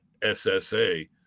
SSA